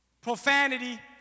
profanity